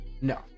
no